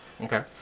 Okay